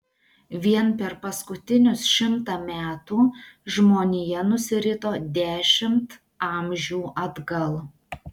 vien per paskutinius šimtą metų žmonija nusirito dešimt amžių atgal